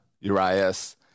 Urias